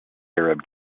arab